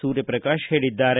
ಸೂರ್ಯಪ್ರಕಾಶ್ ಹೇಳಿದ್ದಾರೆ